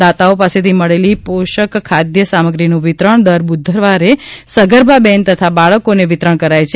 દાતાઓ પાસેથી મળેલી પોષક ખાદ્ય સામગ્રીનું વિતરણ દર બુધવારે સગર્ભા બહેન તથા બાળકોને વિતરણ કરાય છે